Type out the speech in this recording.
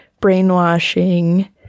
brainwashing